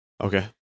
Okay